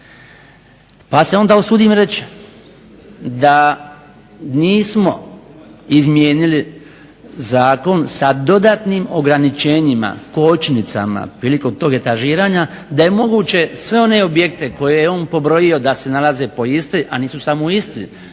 pa se onda usudim reći da nismo izmijenili zakon sa dodatnim ograničenjima, kočnicama prilikom tog etažiranja da je moguće sve one objekte koje je on pobrojio da se nalaze u Istri, a nisu samo u Istri,